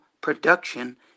production